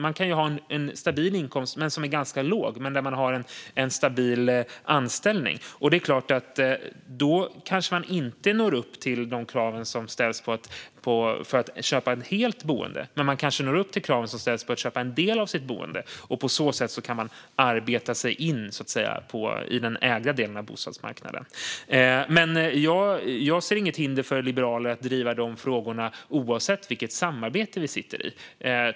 Man kan ju ha en stabil anställning med en stabil inkomst som är ganska låg. Då når man kanske inte upp till de krav som ställs för att man ska kunna köpa ett helt boende, men det kanske räcker för att köpa en del av sitt boende. På så sätt kan man arbeta sig in på den ägda delen av bostadsmarknaden. Jag ser inget hinder för liberaler att driva de frågorna oavsett vilket samarbete vi sitter i.